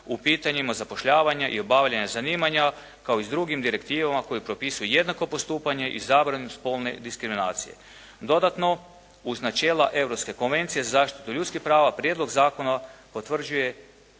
u pitanjima zapošljavanja i obavljanja zanimanja kao i s drugim direktivama koje propisuju jednako postupanje i zabranu spolne diskriminacije. Dodatno uz načela Europske konvencije za zaštitu ljudskih prava prijedlog zakona potvrđuje